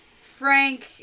Frank